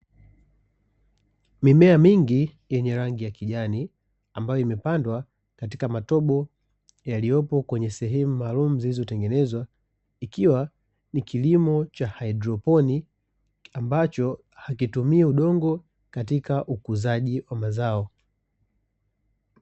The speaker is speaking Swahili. Mimea mingi yenye rangi ya kijani, ambayo imepandwa katika matobo yaliyopo kwenye sehemu maalumu zilizotengenezwa. Ikiwa ni kilimo cha haidroponi, ambacho hakitumii udongo katika ukuzaji wa mazao.